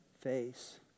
face